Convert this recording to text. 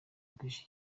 guhisha